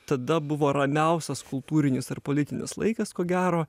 tada buvo ramiausias kultūrinis ir politinis laikas ko gero